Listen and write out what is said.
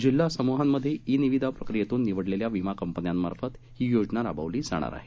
जिल्हा समूहांमध्ये ई निविदा प्रक्रियेतून निवडलेल्या विमा कंपन्यामार्फत ही योजना राबवली जाणार आहे